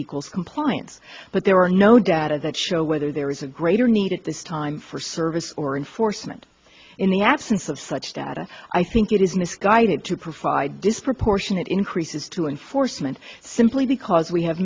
equals compliance but there are no data that show whether there is a greater need at this time for service or enforcement in the absence of such data i think it is misguided to provide disproportionate increases to enforcement simply because we have